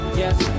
Yes